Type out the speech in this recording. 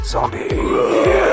Zombie